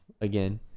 again